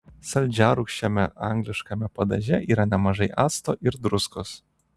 saldžiarūgščiame angliškame padaže yra nemažai acto ir druskos